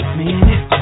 minute